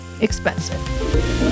expensive